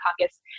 Caucus